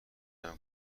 دادم